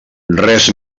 res